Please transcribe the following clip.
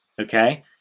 okay